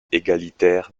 égalitaire